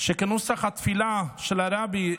שכנוסח התפילה של הרבי,